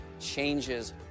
changes